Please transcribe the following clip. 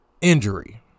injury